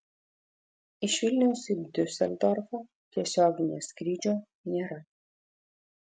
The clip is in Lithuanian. iš vilniaus į diuseldorfą tiesioginio skrydžio nėra